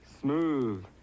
Smooth